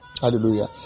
Hallelujah